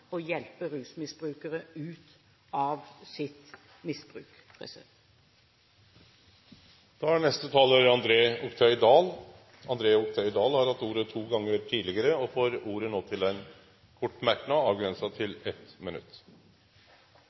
å hjelpe rusmisbrukere ut av sitt misbruk. Representanten André Oktay Dahl har hatt ordet to gonger tidlegare og får ordet til ein kort merknad, avgrensa til 1 minutt.